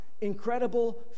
incredible